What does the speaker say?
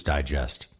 Digest